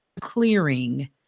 clearing